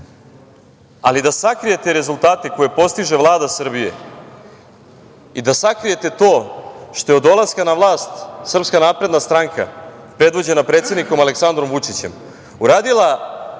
ali da sakrijete rezultate koje postiže Vlada Srbije i da sakrijete to što je od dolaska na vlast SNS, predvođena predsednikom Aleksandrom Vučićem, uradila